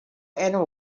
end